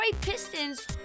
Pistons